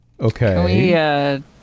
Okay